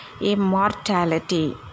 immortality